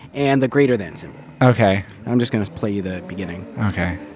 and the greater than symbol. okay. and i'm just going to play you the beginning okay.